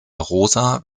rosa